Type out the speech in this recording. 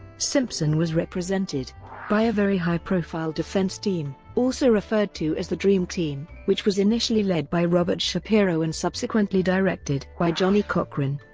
simpson was represented by a very high-profile defense team, also referred to as the dream team, which was initially led by robert shapiro and subsequently directed by johnnie cochran.